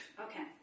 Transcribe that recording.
Okay